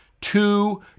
two